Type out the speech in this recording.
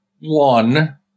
one